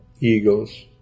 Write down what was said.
eagles